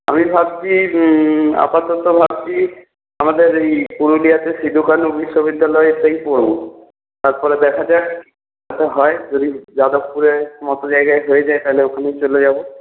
আমি ভাবছি আপাতত ভাবছি আমাদের এই পুরুলিয়াতে সিধু কানহু বিশ্ববিদ্যালয়তেই পড়বো তারপরে দেখা যাক কি হয় যদি যাদবপুরের মত জায়গায় হয়ে যায় তাহলে ওখানেই চলে যাবো